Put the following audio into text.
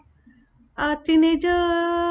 a teenager